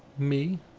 me?